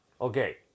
Okay